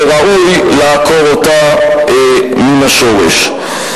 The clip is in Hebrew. וראוי לעקור אותה מן השורש.